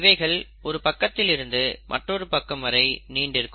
இவைகள் ஒரு பக்கத்தில் இருந்து மற்றொரு பக்கம் வரை நீண்டிருக்கும்